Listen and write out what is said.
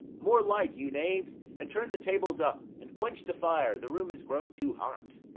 more light, you knaves! and turn the tables up, and quench the fire, the room is grown too hot.